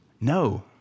No